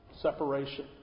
Separation